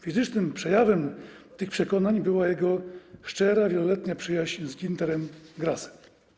Fizycznym przejawem tych przekonań była jego szczera, wieloletnia przyjaźń z Günterem Grassem.